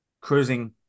cruising